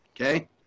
Okay